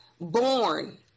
born